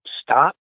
stop